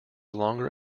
longer